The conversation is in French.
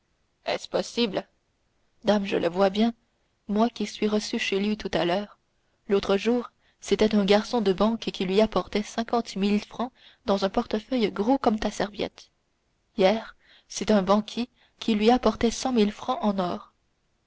est-ce possible dame je le vois bien moi qui suis reçu chez lui à toute heure l'autre jour c'était un garçon de banque qui lui apportait cinquante mille francs dans un portefeuille gros comme ta serviette hier c'est un banquier qui lui apportait cent mille francs en or